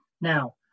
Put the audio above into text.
Now